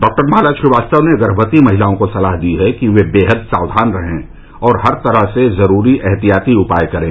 doctor Mala Srivastava ने गर्भवती महिलाओं को सलाह दी है कि वे बेहद सावधान रहें और हर तरह से जरूरी एहतियाती उपाय करें